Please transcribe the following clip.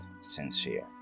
sincere